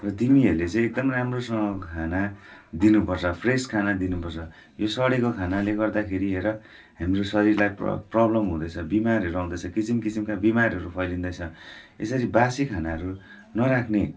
र तिमीहरूले चाहिँ एकदम राम्रोसँग खाना दिनुपर्छ फ्रेस खाना दिनुपर्छ यो सडिएको खानाले गर्दाखेरि हेर हाम्रो शरीरलाई प्र प्रब्लम हुँदैछ बिमारहरू आउँदैछ किसिम किसिमका बिमारहरू फैलिँदैछ यसरी बासी खानाहरू नराख्ने